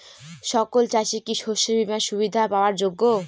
সকল চাষি কি শস্য বিমার সুবিধা পাওয়ার যোগ্য?